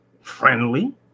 friendly